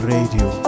Radio